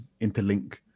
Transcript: interlink